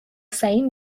same